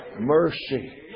Mercy